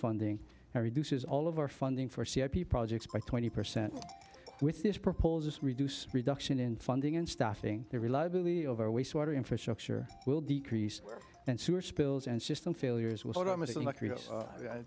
funding reduces all of our funding for projects by twenty percent with this proposed reduce reduction in funding in stuffing the reliability of our wastewater infrastructure will decrease and sewer spills and system failures